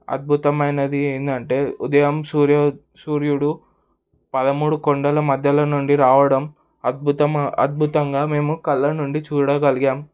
అద్భుతమైనది ఏంటంటే ఉదయం సూర్యో సూర్యుడు పదమూడు కొండల మధ్యలో నుండి రావడం అద్భుతం అద్భుతంగా మేము కళ్ళనుండి చూడగలిగాం